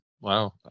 Wow